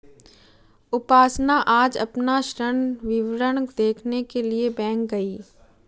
उपासना आज अपना ऋण विवरण देखने के लिए बैंक गई